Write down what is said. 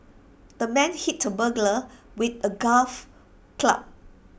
the man hit the burglar with A golf club